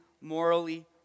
morally